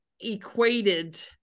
equated